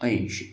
ऐंशी